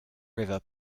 river